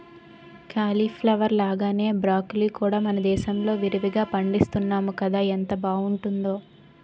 cauliflower లాగానే broccoli కూడా మనదేశంలో విరివిరిగా పండిస్తున్నాము కదా ఎంత బావుంటుందో